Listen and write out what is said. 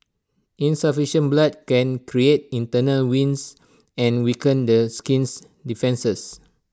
insufficient blood can create internal wings and weaken the skin's defences